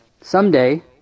someday